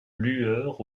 lueur